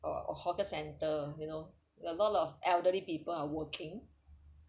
or a hawker center you know a lot of elderly people are working